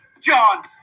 John